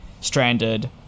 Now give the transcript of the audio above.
stranded